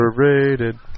Overrated